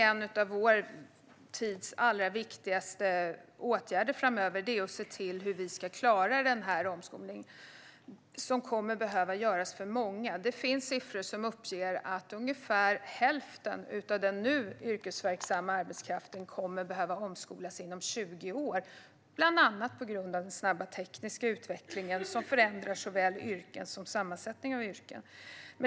En av vår tids allra viktigaste åtgärder framöver är att se till hur vi ska klara denna omskolning som kommer att behöva göras för många. Det finns siffror som visar att ungefär hälften av den nu yrkesverksamma arbetskraften kommer att behöva omskolas inom 20 år, bland annat på grund av den snabba tekniska utvecklingen, som förändrar såväl yrken som sammansättning av yrken.